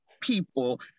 people